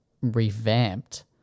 revamped